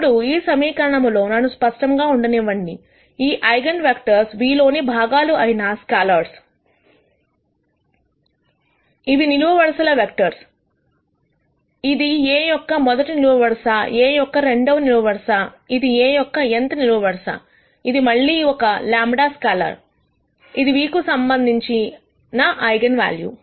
ఇప్పుడు ఈ సమీకరణము లో నన్ను స్పష్టముగా ఉండనివ్వండి ఈ ఐగన్ వెక్టర్స్ v లోని భాగాలు అయిన స్కేలర్స్ ఇవి నిలువు వరుసల వెక్టర్స్ ఇది A యొక్క మొదటి నిలువు వరుసA యొక్క రెండవ నిలువు వరుస ఇది A యొక్క nth నిలువు వరుసఇది మళ్లీ ఒక λ స్కేలర్ ఇది v కు సంబంధించిన ఐగన్ వాల్యూ